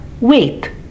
Wait